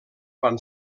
van